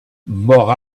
mort